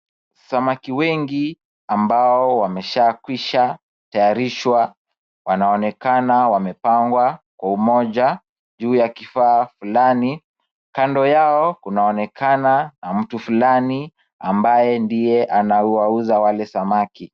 Samaki wengi ambao wameshakwisha tayarishwa wanaonekana wamepangwa kwa umoja juu ya kifaa fulani, kando yao kunaonekana na mtu fulani ambaye ndiye anawauza wale samaki.